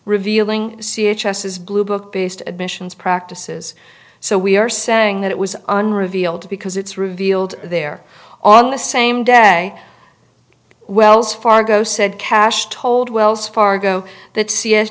revealing c h s his blue book based admissions practices so we are saying that it was an revealed because it's revealed there on the same day wells fargo said cash told wells fargo that c